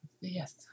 Yes